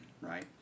right